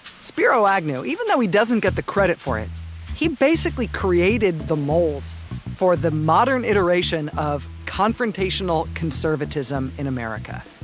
spiro agnew even though he doesn't get the credit for it he basically created the mold for the modern iteration of confrontational conservatism in america